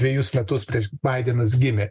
dvejus metus prieš baidenas gimė